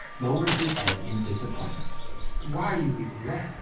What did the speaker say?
lowers his head in disappointment why are you leaving? what